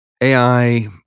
AI